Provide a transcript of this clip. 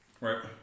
Right